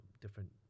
different